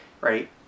right